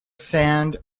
sand